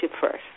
first